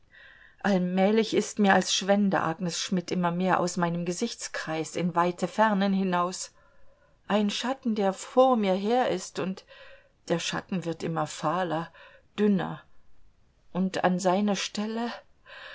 allmählich ist mir als schwände agnes schmidt immer mehr aus meinem gesichtskreis in weite fernen hinaus ein schatten der vor mir her ist und der schatten wird immer fahler dünner und an seine stelle